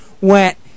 went